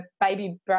baby